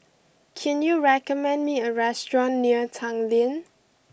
can you recommend me a restaurant near Tanglin